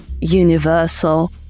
universal